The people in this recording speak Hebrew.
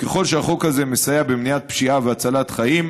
ככל שהחוק הזה מסייע במניעת פשיעה ובהצלת חיים,